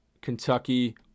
kentucky